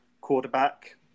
quarterback